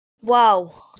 Wow